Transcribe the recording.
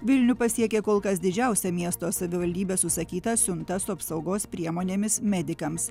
vilnių pasiekė kol kas didžiausia miesto savivaldybės užsakyta siunta su apsaugos priemonėmis medikams